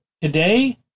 today